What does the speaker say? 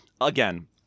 Again